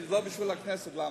כי זה לא בשביל הכנסת למה.